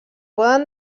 poden